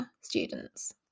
students